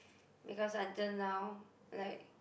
because until now like